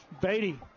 Beatty